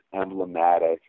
emblematic